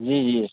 جی جی